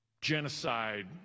genocide